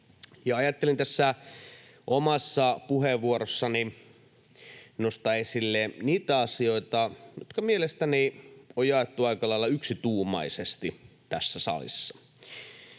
Ajattelin tässä omassa puheenvuorossani nostaa esille niitä asioita, jotka mielestäni on jaettu aika lailla yksituumaisesti tässä salissa.